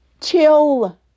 Chill